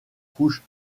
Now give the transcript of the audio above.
couches